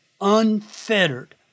unfettered